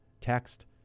Text